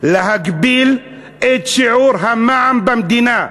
להגביל את שיעור המע"מ במדינה?